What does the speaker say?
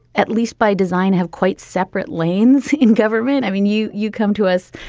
at least by design, have quite separate lanes in government. i mean, you you come to us,